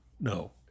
No